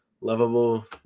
lovable